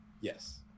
Yes